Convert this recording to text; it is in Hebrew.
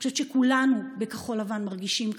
אני חושבת שכולנו בכחול לבן מרגישים כך,